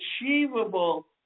achievable